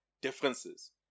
differences